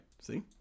See